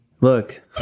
look